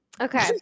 Okay